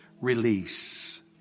release